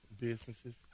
Businesses